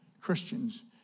Christians